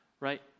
Right